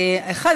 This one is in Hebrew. אחד,